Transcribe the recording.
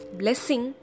blessing